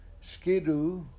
Skidoo